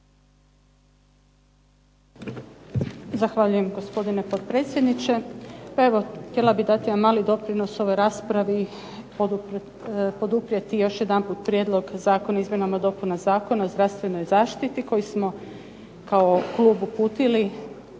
Zahvaljujem gospodine potpredsjedniče. Pa evo htjela bih dati jedan mali doprinos ovoj raspravi, poduprijeti još jedanput prijedlog Zakona o izmjenama i dopunama Zakona o zdravstvenoj zaštiti, koji smo kao klub uputili